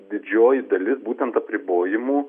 didžioji dalis būtent apribojimų